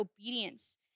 obedience